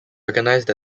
recognized